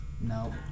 No